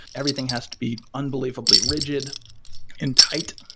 everything has to be unbelievably rigid and tight,